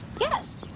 yes